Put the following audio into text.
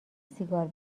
سیگار